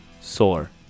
sore